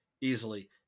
easily